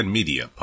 Media